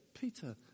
Peter